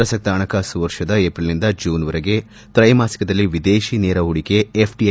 ಪ್ರಸಕ್ತ ಹಣಕಾಸು ವರ್ಷದ ಏಪ್ರಿಲ್ನಿಂದ ಜೂನ್ವರೆಗಿನ ತ್ರೈಮಾಸಿಕದಲ್ಲಿ ವಿದೇಶಿ ನೇರ ಹೂಡಿಕೆ ಎಫ್ಡಿಐ